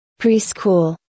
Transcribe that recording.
Preschool